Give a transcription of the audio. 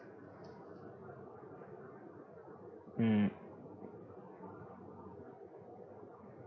mm